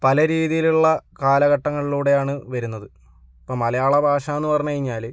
പല രീതിയിലുള്ള കാലഘട്ടങ്ങളിലൂടെയാണ് വരുന്നത് ഇപ്പം മലയാള ഭാഷ എന്നു പറഞ്ഞ് കഴിഞ്ഞാൽ